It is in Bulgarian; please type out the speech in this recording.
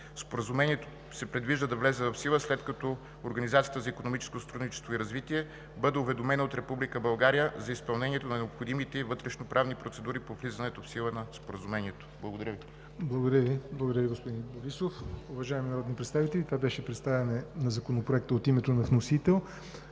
Споразумението се предвижда да влезе в сила след като Организацията за икономическо сътрудничество и развитие бъде уведомена от Република България за изпълнението на необходимите ѝ вътрешноправни процедури по влизането в сила на Споразумението. Благодаря Ви. ПРЕДСЕДАТЕЛ ЯВОР НОТЕВ: Благодаря Ви, господин Борисов. Уважаеми народни представители, това беше представяне на Законопроекта от името на вносител.